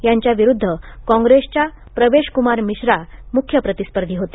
यांच्याविरुध्द काँग्रेसच्या प्रवेश कुमार मिश्रा मुख्य प्रतिस्पर्धी होते